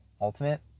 Ultimate